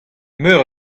meur